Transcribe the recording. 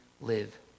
live